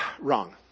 Wrong